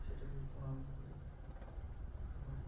সেটাকে প্রণাম করে এবং